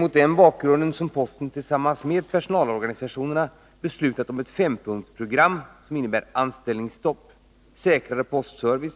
Mot den här bakgrunden har posten tillsammans med personalorganisationerna beslutat om ett fempunktsprogram som innebär anställningsstopp, säkrare postservice,